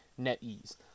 NetEase